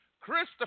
christopher